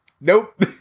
nope